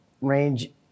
range